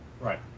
Right